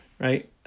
right